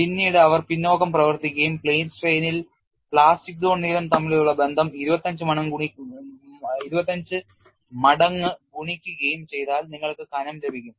പിന്നീട് അവർ പിന്നോക്കം പ്രവർത്തിക്കുകയും പ്ലെയിൻ സ്ട്രെയിനിൽ പ്ലാസ്റ്റിക് സോൺ നീളം തമ്മിലുള്ള ബന്ധം 25 മടങ്ങ് ഗുണിക്കുകയും ചെയ്താൽ നിങ്ങൾക്ക് കനം ലഭിക്കും